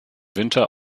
winter